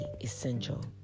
essential